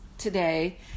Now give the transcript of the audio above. today